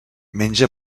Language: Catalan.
menja